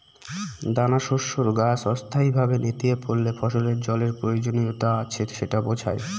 দানাশস্যের গাছ অস্থায়ীভাবে নেতিয়ে পড়লে ফসলের জলের প্রয়োজনীয়তা আছে সেটা বোঝায়